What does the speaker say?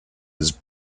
his